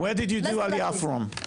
לגורדון יש גם אולפן פרטי.